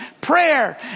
Prayer